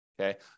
okay